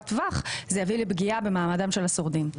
טווח זה יביא לפגיעה במעמדם של השורדים.